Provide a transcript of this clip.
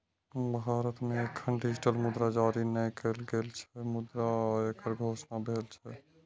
भारत मे एखन डिजिटल मुद्रा जारी नै कैल गेल छै, मुदा एकर घोषणा भेल छै